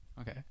Okay